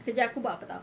kerja aku buat apa [tau]